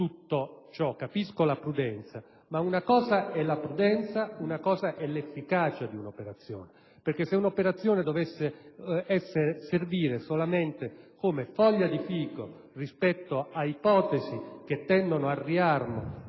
l'esigenza di prudenza, ma una cosa è la prudenza, altra cosa è l'efficacia di un'operazione. Se un'operazione dovesse servire solamente come foglia di fico rispetto a ipotesi tendenti al riarmo